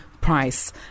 Price